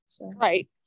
Right